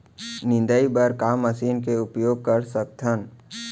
निंदाई बर का मशीन के उपयोग कर सकथन?